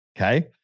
Okay